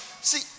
see